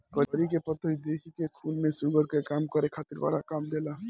करी के पतइ देहि के खून में शुगर के कम करे खातिर बड़ा काम देला